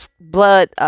blood